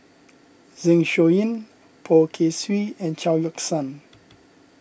Zeng Shouyin Poh Kay Swee and Chao Yoke San